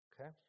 Okay